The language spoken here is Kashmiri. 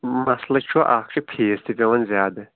مسلہٕ چھُ اَکھ چھُ فیٖس تہِ پٮ۪وان زیادٕ